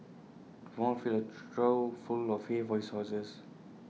the farmer filled A trough full of hay for his horses